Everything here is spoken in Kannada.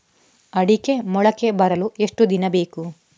ಅಡಿಕೆ ಮೊಳಕೆ ಬರಲು ಎಷ್ಟು ದಿನ ಬೇಕು?